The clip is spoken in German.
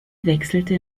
wechselte